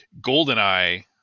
goldeneye